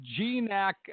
GNAC